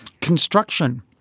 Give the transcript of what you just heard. Construction